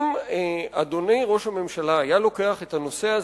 אם אדוני ראש הממשלה היה לוקח את הנושא הזה,